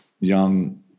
young